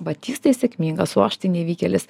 s tai sėkmingas o aš tai nevykėlis